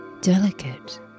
delicate